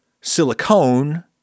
silicone